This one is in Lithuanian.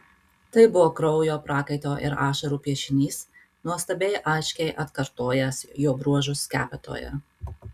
tai buvo kraujo prakaito ir ašarų piešinys nuostabiai aiškiai atkartojęs jo bruožus skepetoje